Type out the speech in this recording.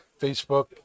Facebook